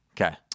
Okay